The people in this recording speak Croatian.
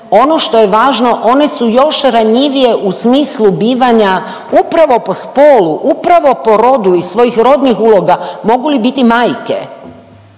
ono što je važno one su još ranjivije u smislu bivanja upravo po spolu, upravo po rodu i svojih rodnih uloga. Mogu li biti majke?